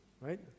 right